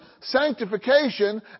sanctification